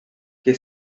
que